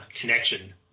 connection